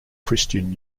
christian